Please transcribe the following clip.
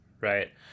Right